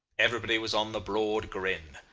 everybody was on the broad grin.